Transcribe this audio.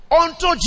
Unto